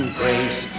grace